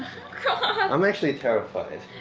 but um actually terrified